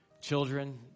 Children